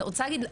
אני רוצה להגיד,